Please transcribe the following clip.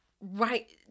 right